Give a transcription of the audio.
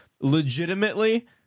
Legitimately